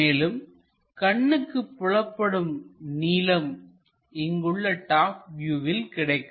மேலும் கண்ணுக்குப் புலப்படும் நீளம் இங்குள்ள டாப் வியூவில் கிடைக்கும்